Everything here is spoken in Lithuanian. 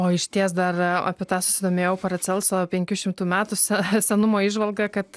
o išties dar apie tą susidomėjau paracelso penkių šimtų metų se senumo įžvalga kad